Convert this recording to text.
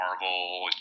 Marvel